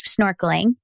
snorkeling